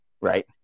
right